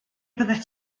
byddet